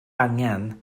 angen